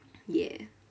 yeah